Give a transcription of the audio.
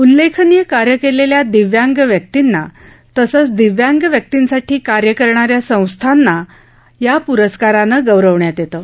उल्लेखनीय कार्य केलेल्या दिव्यांग व्यक्तींना तसंच दिव्यांग व्यक्तींसाठी कार्य करणा या संस्था आणि व्यक्तींना या पुरस्कारनं गौरवण्यात येतं